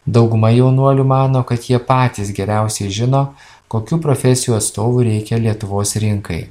dauguma jaunuolių mano kad jie patys geriausiai žino kokių profesijų atstovų reikia lietuvos rinkai